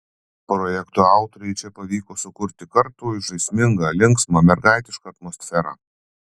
projekto autoriui čia pavyko sukurti kartu ir žaismingą linksmą mergaitišką atmosferą